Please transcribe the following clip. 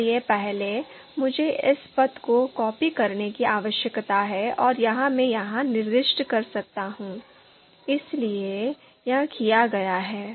इसलिए पहले मुझे इस पथ को कॉपी करने की आवश्यकता है और यह मैं यहां निर्दिष्ट कर सकता हूं इसलिए यह किया गया है